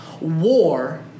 War